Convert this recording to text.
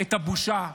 את הבושה,